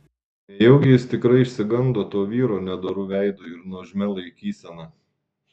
nejaugi jis tikrai išsigando to vyro nedoru veidu ir nuožmia laikysena